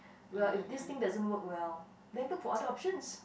well if this thing doesn't work well then look for other options